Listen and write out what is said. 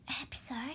episode